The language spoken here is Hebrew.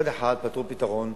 מצד אחד מצאו פתרון